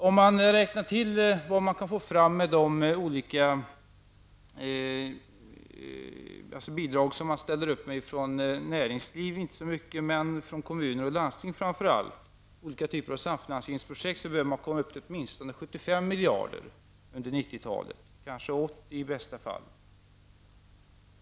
Om man räknar hur mycket medel man kan få fram genom bidrag från näringslivet, vilket inte är så mycket, och framför allt från kommuner och landsting samt från olika typer av samfinansieringsprojekt, kommer man upp till åtminstone 75 miljarder kronor under 90-talet, kanske 80 miljarder kronor i bästa fall.